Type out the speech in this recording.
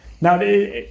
now